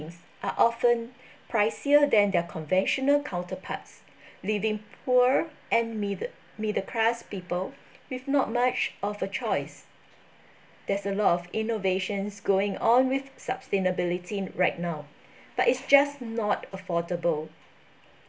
are often pricier than their conventional counterparts leaving poor and middle middle class people with not much of a choice there's a lot of innovations going on with sustainability right now but it's just not affordable